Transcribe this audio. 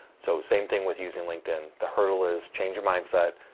so, same thing with using linkedin. the hurdle is change your mindset,